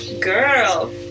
girl